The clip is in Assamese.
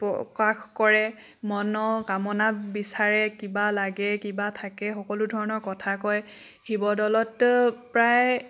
প্ৰকাশ কৰে মনৰ কামনা বিচাৰে কিবা লাগে কিবা থাকে সকলো ধৰণৰ কথা কয় শিৱ দ'লত প্ৰায়